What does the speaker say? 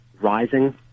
rising